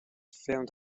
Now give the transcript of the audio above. found